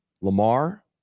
Lamar